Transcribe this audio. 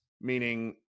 meaning